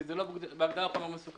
כי בהגדרה זה לא חומר מסוכן.